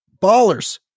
Ballers